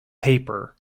paper